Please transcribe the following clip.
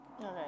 Okay